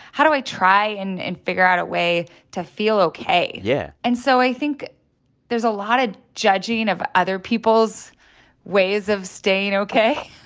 how do i try and and figure out a way to feel ok? yeah and so i think there's a lot of judging of other people's ways of staying ok.